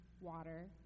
water